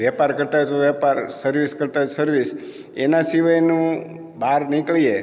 વેપાર કરતાં હોય તો વેપાર સર્વિસ કરતાં હોય તો સર્વિસ એના સિવાયનું બહાર નીકળીએ